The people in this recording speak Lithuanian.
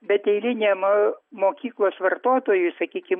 bet eiliniam mokyklos vartotojui sakykim